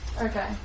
Okay